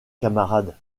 camarade